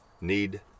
need